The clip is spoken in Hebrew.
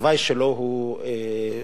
התוואי שלו הוא ענקי: